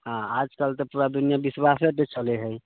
हाँ आजकल तऽ पूरा दुनिया विश्वासेपर चलै हइ